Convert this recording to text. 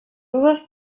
usos